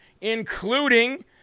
including